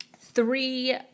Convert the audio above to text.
three